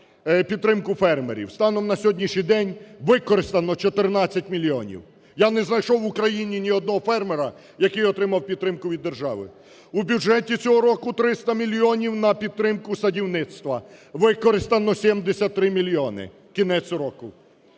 підтримку фермерів. Станом на сьогоднішній день використано 14 мільйонів. Я не знайшов в Україні ні одного фермера, який отримав підтримку від держави. У бюджеті цього року 300 мільйонів на підтримку садівництва. Використано 73 мільйони. Кінець року.